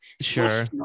Sure